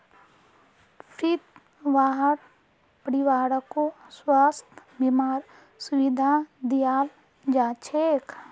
फ्रीत वहार परिवारकों स्वास्थ बीमार सुविधा दियाल जाछेक